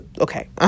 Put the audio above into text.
okay